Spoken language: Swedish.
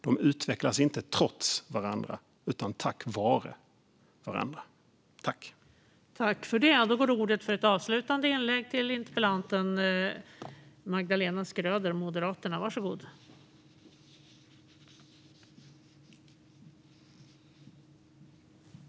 De utvecklas inte trots varandra utan tack vare varandra.